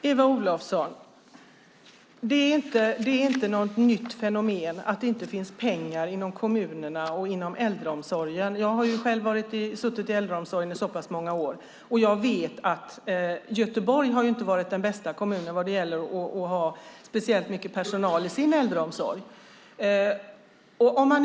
Herr talman! Det är inget nytt fenomen att det inte finns pengar i kommunerna och i äldreomsorgen, Eva Olofsson. Jag har själv arbetat med äldreomsorgsfrågor i många år, och Göteborg har inte varit den bästa kommunen vad gäller att ha mycket personal i äldreomsorgen.